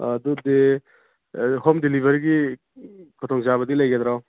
ꯑꯗꯨꯗꯤ ꯍꯣꯝ ꯗꯤꯂꯤꯕꯔꯤꯒꯤ ꯈꯨꯗꯣꯡ ꯆꯥꯕꯗꯤ ꯂꯩꯒꯗ꯭ꯔꯣ